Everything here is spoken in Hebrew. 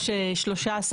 יש 13,